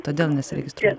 todėl nesiregistruoja